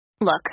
Look